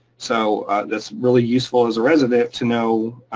so that's really useful as a resident to know